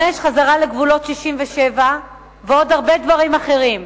5. חזרה לגבולות 67', ועוד הרבה דברים אחרים.